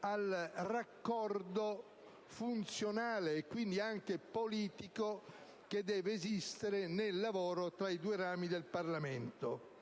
al raccordo funzionale, quindi anche politico, che deve esistere nel lavoro tra i due rami del Parlamento.